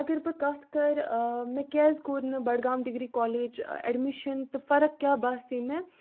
اگر بہٕ کَتھ کَرٕ مےٚ کیٛازِ کوٚر نہٕ بڈگام ڈِگری کالیج اٮ۪ڈمِشَن تہٕ فرق کیٛاہ باسے مےٚ